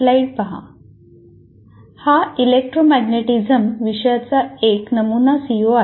हा इलेक्ट्रोमॅग्नेटिज्म विषयाचा एक नमुना सीओ आहे